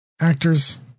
Actors